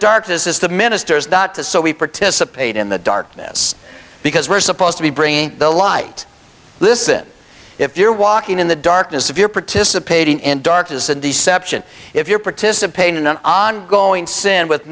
dark this is the ministers not to so we participate in the darkness because we're supposed to be bringing the light this is it if you're walking in the darkness if you're participating in darkness and deception if you're participating in an ongoing sin with